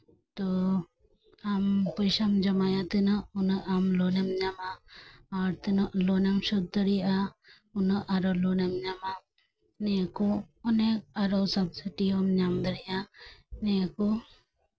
ᱛᱳ ᱟᱢ ᱯᱚᱭᱥᱟᱢ ᱡᱚᱢᱟᱭᱟ ᱛᱤᱱᱟᱜ ᱩᱱᱟᱹᱜ ᱟᱢ ᱞᱳᱱ ᱮᱢ ᱧᱟᱢᱟ ᱟᱨ ᱛᱤᱱᱟᱹᱜ ᱞᱳᱱ ᱮᱢ ᱥᱳᱫ ᱫᱟᱲᱮᱭᱟᱜᱼᱟ ᱩᱱᱟᱹᱜ ᱟᱨᱚ ᱞᱳᱱ ᱮᱢ ᱧᱟᱢᱟ ᱱᱤᱭᱟᱹ ᱠᱚ ᱟᱨᱚ ᱚᱱᱮᱠ ᱥᱟᱵᱥᱤᱰᱤᱭᱮᱢ ᱧᱟᱢ ᱫᱟᱲᱮᱭᱟᱜᱼᱟ ᱱᱤᱭᱟᱹ ᱠᱚ